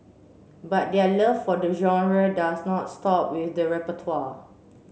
but their love for the genre does not stop with the repertoire